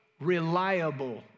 reliable